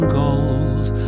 gold